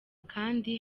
kandi